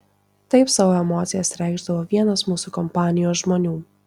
taip savo emocijas reikšdavo vienas mūsų kompanijos žmonių